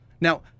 Now